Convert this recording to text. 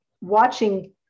watching